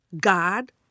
God